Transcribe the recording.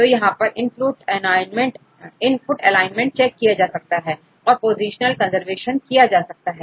तो यहां पर इनपुट एलाइनमेंट चेक किया जा सकता है और पोजीशनल कंजर्वेशन प्राप्त किया जा सकता है